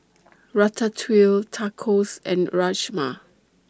Ratatouille Tacos and Rajma